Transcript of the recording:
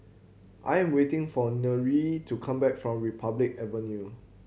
I am waiting for Nyree to come back from Republic Avenue